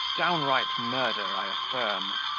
downright murder, i affirm.